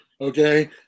okay